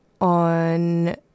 on